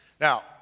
Now